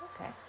okay